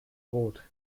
brot